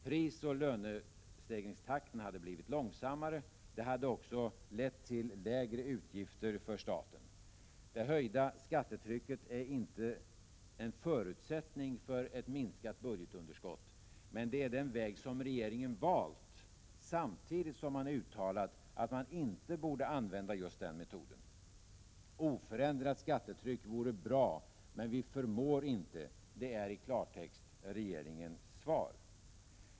Prisoch lönestegringstakten hade blivit långsammare. Det hade också lett till lägre utgifter för staten. En höjning av skattetrycket är inte en förutsättning för en minskning av budgetunderskottet. Men det är den väg som regeringen valt, samtidigt som man uttalat att man inte borde använda just den metoden. Oförändrat skattetryck vore bra, men vi förmår inte. Det är i klartext regeringens svar.